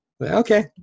Okay